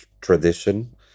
tradition